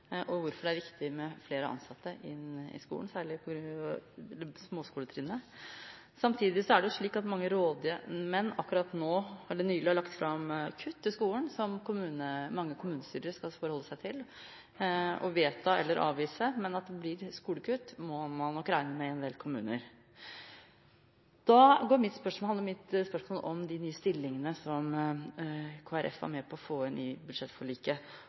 og hvorfor det er viktig med flere ansatte inn i skolen, særlig på småskoletrinnet. Samtidig er det slik at mange rådmenn akkurat nå, eller nylig, har lagt fram kutt i skolen, som mange kommunestyrer skal forholde seg til ved å vedta eller avvise, men at det blir skolekutt må man nok regne med i en del kommuner. Mitt spørsmål handler om de nye stillingene som Kristelig Folkeparti var med på å få inn i budsjettforliket: